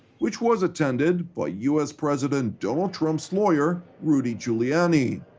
which was attended by u s. president donald trump's lawyer, rudy giuliani.